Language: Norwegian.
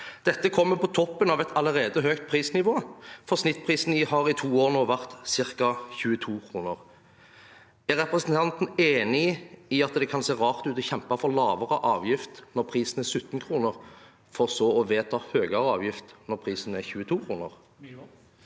Dette kommer på toppen av et allerede høyt prisnivå, for snittprisen har i to år nå vært ca. 22 kr. Er representanten enig i at det kan se rart ut å kjempe for lavere avgift når prisen er 17 kr, for så å vedta høyere avgift når prisen er 22 kr?